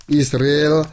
israel